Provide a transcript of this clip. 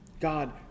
God